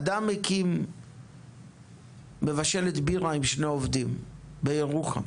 אדם הקים מבשלת בירה עם שני עובדים בירוחם,